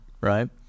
right